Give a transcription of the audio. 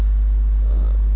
uh